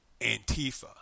Antifa